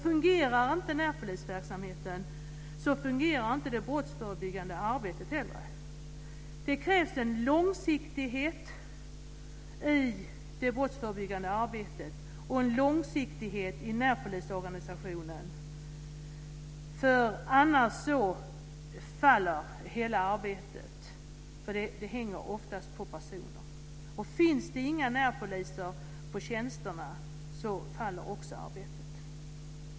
Fungerar inte närpolisverksamheten fungerar inte heller det brottsförebyggande arbetet. Det krävs en långsiktighet i det brottsförebyggande arbetet och en långsiktighet i närpolisorganisationen. Annars faller hela arbetet för det hänger oftast på personer. Finns det inga närpoliser på tjänsterna faller också arbetet.